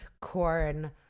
corn